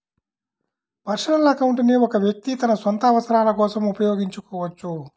personal account ని ఒక వ్యక్తి తన సొంత అవసరాల కోసం ఉపయోగించుకోవచ్చు